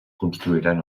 construiran